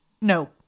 no